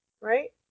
right